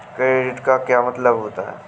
Credit का मतलब क्या होता है?